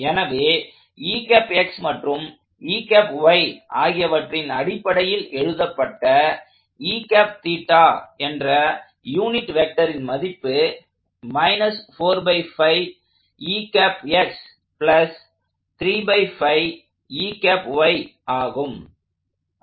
எனவே மற்றும் அவற்றின் அடிப்படையில் எழுதப்பட்ட என்ற யூனிட் வெக்டரின் மதிப்பு ஆகும்